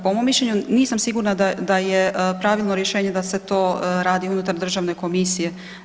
Po mom mišljenju nisam sigurna da je pravilno rješenje da se to radi unutar državne komisije.